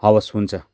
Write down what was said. हवस् हुन्छ